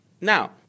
Now